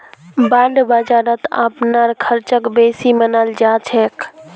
bond बाजारत अपनार ख़र्चक बेसी मनाल जा छेक